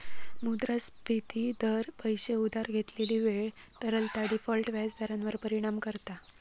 मुद्रास्फिती दर, पैशे उधार घेतलेली वेळ, तरलता, डिफॉल्ट व्याज दरांवर परिणाम करता